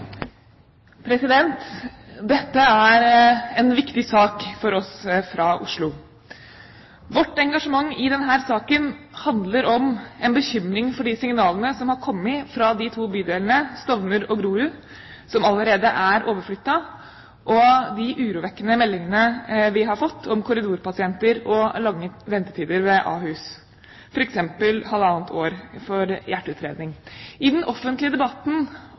en viktig sak for oss fra Oslo. Vårt engasjement i denne saken handler om en bekymring for de signalene som er kommet fra de to bydelene Stovner og Grorud, som allerede er overflyttet, og de urovekkende meldingene vi har fått om korridorpasienter og lange ventetider ved Ahus – f.eks. halvannet år for hjerteutredning. I den offentlige debatten